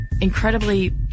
incredibly